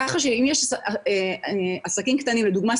כך שאם יש עסקים קטנים לדוגמה,